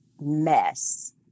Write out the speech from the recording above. mess